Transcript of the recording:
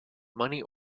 money